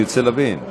אני רוצה להבין.